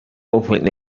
open